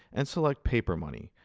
and select papermoney.